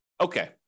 okay